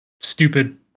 stupid